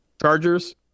Chargers